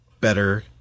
better